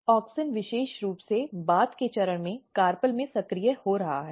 auxin बहुत विशेष रूप से बाद के चरण में कार्पेल में सक्रिय हो रहा है